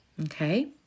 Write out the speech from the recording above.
Okay